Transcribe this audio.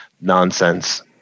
nonsense